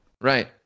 Right